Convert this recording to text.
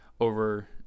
over